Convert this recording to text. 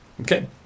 Okay